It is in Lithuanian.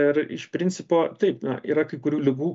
ir iš principo taip na yra kai kurių ligų